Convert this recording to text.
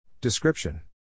Description